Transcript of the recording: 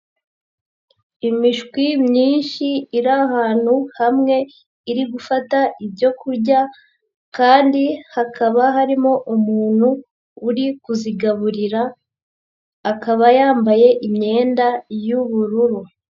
Imishwi myinshi iri ahantu hamwe iri gufata ibyo kurya, kandi hakaba harimo umuntu uri kuzigaburira, akaba yambaye imyenda y'ubururu.